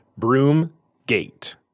Broomgate